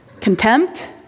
Contempt